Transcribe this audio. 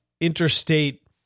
interstate